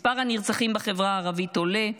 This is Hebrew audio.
מספר הנרצחים בחברה הערבית עולה,